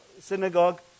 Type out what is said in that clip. synagogue